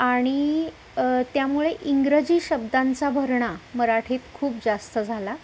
आणि त्यामुळे इंग्रजी शब्दांचा भरणा मराठीत खूप जास्त झाला